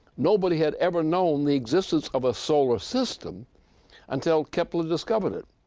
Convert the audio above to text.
nobody had ever known the existence of a solar system until kepler discovered it.